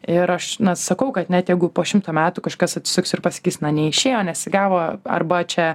ir aš na sakau kad net jeigu po šimto metų kažkas atsisuks ir pasakys na neišėjo nesigavo arba čia